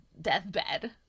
deathbed